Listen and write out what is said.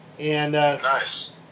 Nice